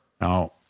Now